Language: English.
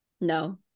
No